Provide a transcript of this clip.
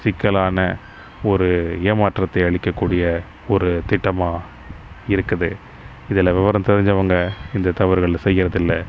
சிக்கலான ஒரு ஏமாற்றத்தை அளிக்கக் கூடிய ஒரு திட்டமாக இருக்குது இதில் விவரம் தெரிஞ்சவங்க இந்த தவறுகள் செய்யறது இல்லை